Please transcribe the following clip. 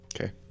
Okay